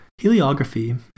Heliography